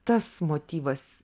tas motyvas